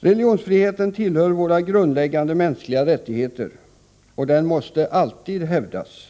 Religionsfriheten tillhör våra grundläggande mänskliga rättigheter. Den måste alltid hävdas.